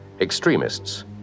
Extremists